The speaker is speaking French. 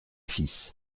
fils